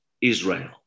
Israel